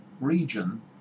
region